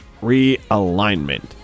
realignment